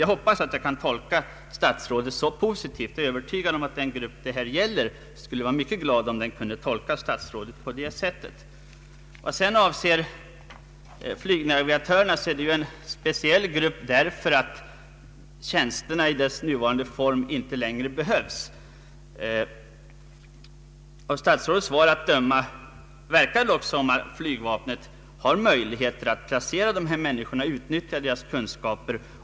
Jag är övertygad om att den grupp det här gäller skulle vara mycket glad om den kan tolka statsrådets svar på det sättet. Flygnavigatörerna utgör en speciell grupp, eftersom tjänsterna i deras nuvarande form inte längre behövs. Av statsrådets svar att döma verkar det dock som om flygvapnet har möjlighet att placera dessa människor och att utnyttja deras kunskaper.